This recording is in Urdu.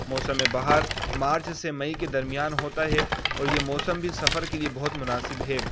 موسم بہار مارچ سے مئی کے درمیان ہوتا ہے اور یہ موسم بھی سفر کے لیے بہت مناسب ہے